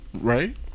right